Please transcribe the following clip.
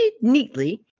neatly